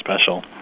special